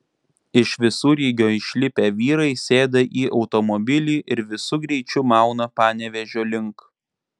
iš visureigio išlipę vyrai sėda į automobilį ir visu greičiu mauna panevėžio link